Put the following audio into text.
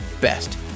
best